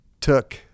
took